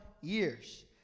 years